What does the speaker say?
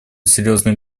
серьезные